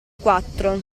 quattro